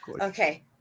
Okay